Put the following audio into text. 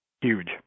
huge